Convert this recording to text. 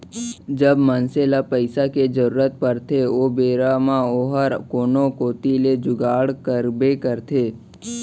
जब मनसे ल पइसा के जरूरत परथे ओ बेरा म ओहर कोनो कोती ले जुगाड़ करबे करथे